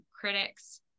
critics